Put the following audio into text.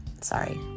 sorry